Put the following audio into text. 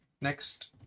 Next